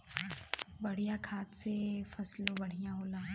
बढ़िया खाद से फसलों बढ़िया होला